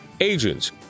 agents